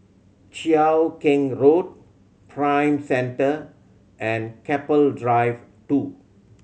Cheow Keng Road Prime Centre and Keppel Drive Two